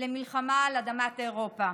למלחמה על אדמת אירופה.